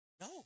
No